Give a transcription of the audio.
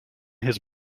his